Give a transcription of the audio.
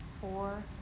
four